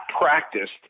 practiced